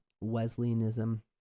Wesleyanism